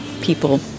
people